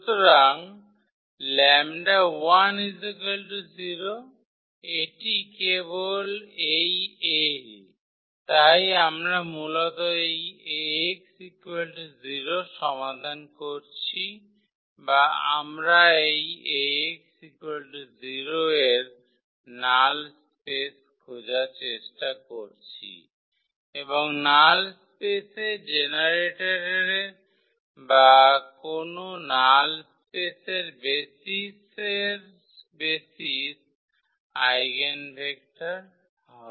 সুতরাং 𝜆1 0 এটি কেবল এই A তাই আমরা মূলত এই 𝐴𝑥 0 সমাধান করছি বা আমরা এই 𝐴𝑥 0 এর নাল স্পেস খোঁজার চেষ্টা করছি এবং নাল স্পেসের জেনারেটরের বা কোনও নাল স্পেসের বেসিসের বেসিস আইগেনভেক্টর হবে